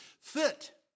fit